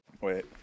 Wait